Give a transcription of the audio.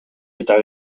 eta